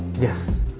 yes.